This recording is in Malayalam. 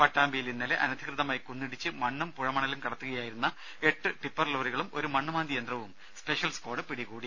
പട്ടാമ്പിയിൽ ഇന്നലെ അനധികൃതമായി കുന്നിടിച്ച് മണ്ണും പുഴ മണലും കടത്തുകയായിരുന്ന എട്ട് ടിപ്പർ ലോറികളും ഒരു മണ്ണ് മാന്തി യന്ത്രവും സ്പെഷ്യൽ സ്ക്വാഡ് പിടികൂടി